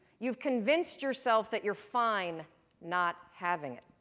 you've convinced yourself that you're fine not having it.